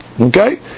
Okay